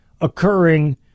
occurring